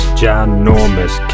ginormous